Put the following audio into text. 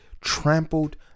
trampled